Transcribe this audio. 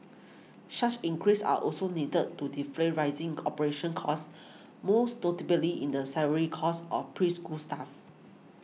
such increases are also needed to defray rising operation costs most notably in the salary costs of preschool staff